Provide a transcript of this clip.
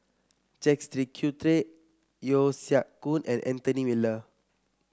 Jacques De Coutre Yeo Siak Goon and Anthony Miller